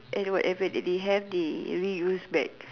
and whatever that they have they only use back